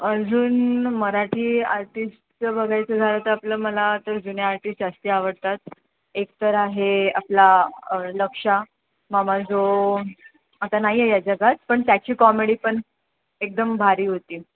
अजून मराठी आर्टिस्टचं बघायचं झालं तर आपलं मला तर जुने आर्टिस्ट जास्त आवडतात एक तर आहे आपला लक्षा मामा जो आता नाही आहे या जगात पण त्याची कॉमेडी पण एकदम भारी होती